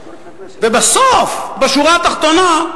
ובסוף, בשורה התחתונה,